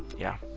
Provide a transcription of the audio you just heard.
yeah,